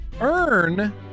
Earn